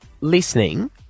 listening